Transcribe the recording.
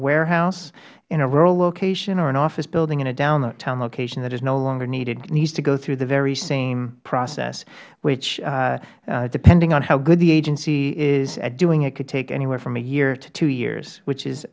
warehouse in a rural location or an office building in a downtown location that is no longer needed needs to go through the very same process which depending on how good the agency is at doing it could take anywhere from a year to two years which is